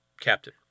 captain